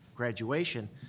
graduation